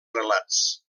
relats